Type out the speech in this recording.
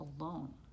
alone